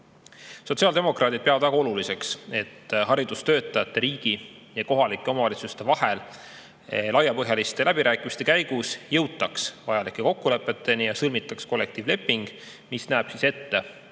Sotsiaaldemokraadid peavad väga oluliseks, et haridustöötajate, riigi ja kohalike omavalitsuste vahel laiapõhjaliste läbirääkimiste käigus jõutaks vajalike kokkulepeteni ja sõlmitaks kollektiivleping, mis näeb ette